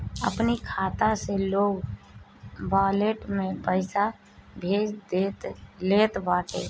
अपनी खाता से लोग वालेट में पईसा भेज लेत बाटे